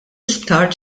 isptar